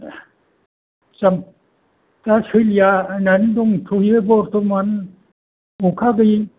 दा सोलिला बायनानै दंथ'यो बरथमान अखा गैयै